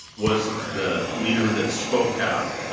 was the leader that spoke out,